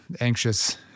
anxious